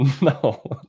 No